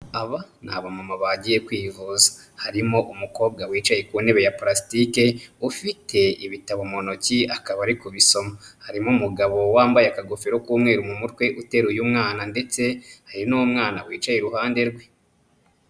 Aba ni abamama bagiye kwivuza, harimo umukobwa wicaye ku ntebe ya parasitike ufite ibitabo mu ntoki akaba ari kubisoma. Harimo umugabo wambaye akagofero k'umweru mu mutwe uteruye umwana ndetse hari n'umwana wicaye iruhande rwe.